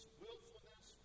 willfulness